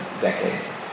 decades